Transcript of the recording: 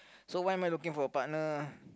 so why am I looking for a partner